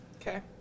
Okay